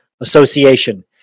Association